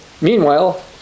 Meanwhile